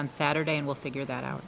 on saturday and we'll figure that out